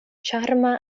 ĉarma